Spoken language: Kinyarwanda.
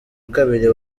kabiri